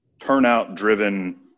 turnout-driven